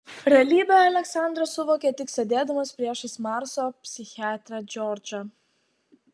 realybę aleksandras suvokė tik sėdėdamas priešais marso psichiatrę džordžą